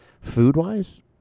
Food-wise